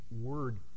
word